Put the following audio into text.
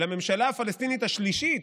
לממשלה הפלסטינית השלישית,